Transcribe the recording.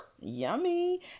yummy